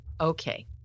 Okay